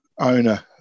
owner